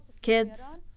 kids